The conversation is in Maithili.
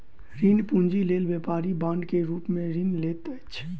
ऋण पूंजी लेल व्यापारी बांड के रूप में ऋण लैत अछि